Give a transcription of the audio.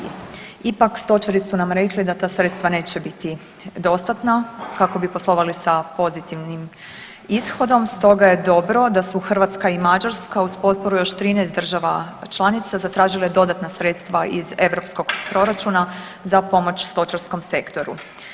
Ipak stočari su nam rekli da ta sredstva neće biti dostatna kako bi poslovali sa pozitivnim ishodom, stoga je dobro da su Hrvatska i Mađarska uz potporu još 13 država članicama zatražile dodatna sredstva iz europskog proračuna za pomoć stočarskom sektoru.